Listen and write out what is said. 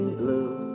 blue